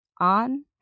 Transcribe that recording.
on